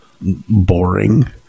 boring